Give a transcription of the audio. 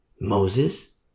Moses